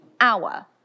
hour